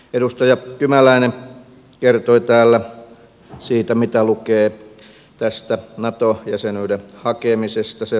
edustaja kymäläinen kertoi täällä siitä mitä lukee tästä nato jäsenyyden hakemisesta sen valmistelusta